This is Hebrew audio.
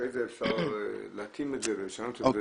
אחרי זה אפשר להקים את זה ולשנות את זה.